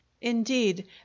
Indeed